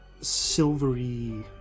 silvery